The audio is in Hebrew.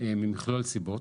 מכלול סיבות,